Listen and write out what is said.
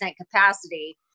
capacity